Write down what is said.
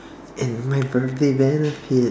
and my birthday benefit